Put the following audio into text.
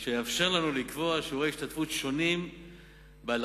שיאפשר לנו לקבוע שיעורי השתתפות שונים באלכסון,